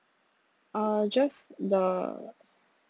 uh just the